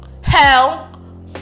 Hell